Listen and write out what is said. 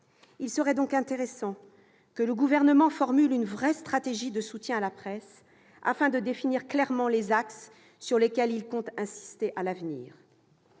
Il serait donc intéressant que le Gouvernement formule une véritable stratégie de soutien à la presse, afin de définir clairement les axes sur lesquels il compte insister à l'avenir.